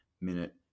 minute